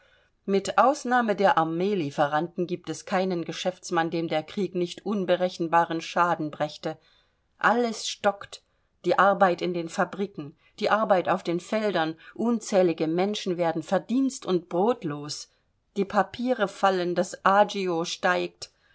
mit ausnahme der armeelieferanten gibt es keinen geschäftsmann dem der krieg nicht unberechenbaren schaden brächte alles stockt die arbeit in den fabriken die arbeit auf den feldern unzählige menschen werden verdienst und brodlos die papiere fallen das agio steigt